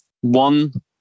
One